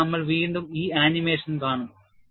അതിനാൽ നമ്മൾ വീണ്ടും ഈ ആനിമേഷൻ കാണും